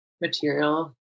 material